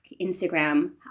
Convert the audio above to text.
Instagram